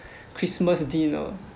christmas dinner